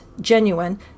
genuine